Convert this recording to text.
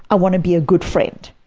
i want to be a good friend.